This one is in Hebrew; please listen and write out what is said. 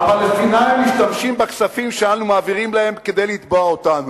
"הפלסטינים משתמשים בכספים שאנו מעבירים להם כדי לתבוע אותנו".